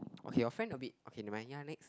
okay your friend a bit okay never mind ya next